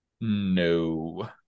No